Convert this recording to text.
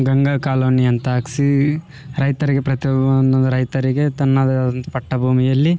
Ganga colony ಅಂತಹಾಕ್ಸಿ ರೈತರಿಗೆ ಪ್ರತಿಯೊಂದು ರೈತರಿಗೆ ತನ್ನದೇ ಒಂದು ಪಟ್ಟ ಭೂಮಿಯಲ್ಲಿ